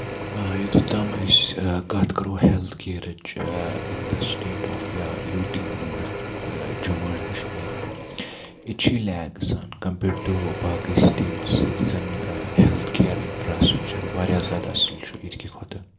آ یوتَتھ تام أسۍ کَتھ کرو ہیلٔتھ کِیرٕچ اِن دَ سِٹیٹ آف یا یوٗ ٹی وَنو أسۍ جموں اینڑ کَشمیٖر ییٚتہِ چھُ لیکسن کَمپیٲڈ ٹوٚ باقٕے سِٹیٹٕس ییٚتہِ زَن ہیلٔتھ کِیر اِنفرا سٹرَکچر واریاہ زیادٕ اَصٕل چھُ ییٚتہِ کہِ کھۄتہٕ